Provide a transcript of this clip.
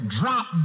drop